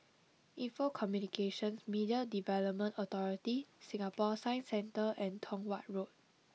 Info Communications Media Development Authority Singapore Science Centre and Tong Watt Road